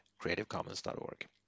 creativecommons.org